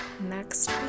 next